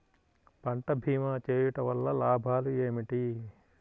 పంట భీమా చేయుటవల్ల లాభాలు ఏమిటి?